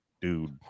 dude